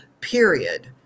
period